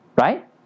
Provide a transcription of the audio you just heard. Right